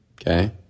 Okay